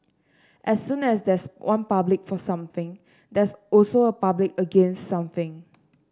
as soon as there's one public for something there's also a public against something